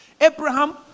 Abraham